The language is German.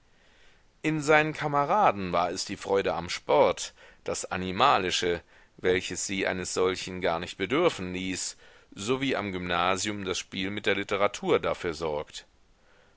in seinen kameraden war es die freude am sport das animalische welches sie eines solchen gar nicht bedürfen ließ sowie am gymnasium das spiel mit der literatur dafür sorgt